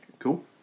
Cool